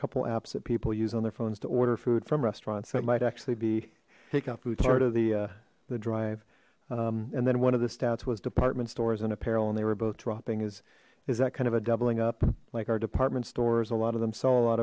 couple apps that people use on their phones to order food from restaurants that might actually be pick up food part of the the drive and then one of the stats was department stores and apparel and they were both dropping is is that kind of a doubling up like our department stores a lot of them saw a lot